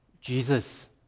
Jesus